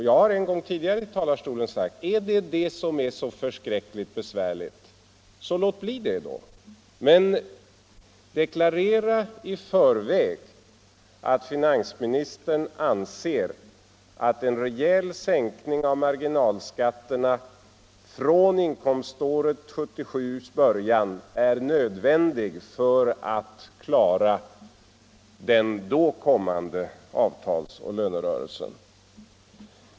Jag har en gång tidigare i talarstolen sagt att om det är det som är så förskräckligt be svärligt, så låt bli det, men deklarera i förväg att finansministern anser att en rejäl sänkning av marginalskatterna från början av inkomståret 1977 är nödvändig för att klara den då kommande avtalsoch lönerörelsen.